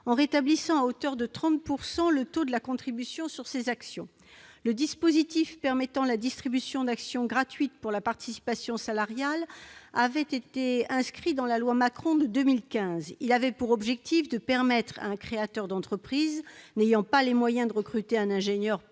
en rétablissant à hauteur de 30 % le taux de la contribution sur ces actions. Le dispositif permettant la distribution d'actions gratuites pour la participation salariale avait été inscrit dans la loi Macron de 2015. Il avait pour objectif de permettre à un créateur d'entreprise n'ayant pas les moyens de recruter un ingénieur, pour ne